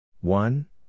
One